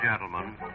gentlemen